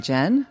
Jen